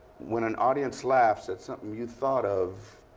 when an audience laughs at something you thought of,